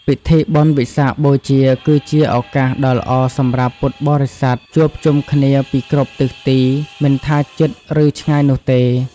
ពិធីបុណ្យវិសាខបូជាគឺជាឱកាសដ៏ល្អសម្រាប់ពុទ្ធបរិស័ទជួបជុំគ្នាពីគ្រប់ទិសទី មិនថាជិត ឬឆ្ងាយនោះទេ។